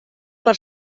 per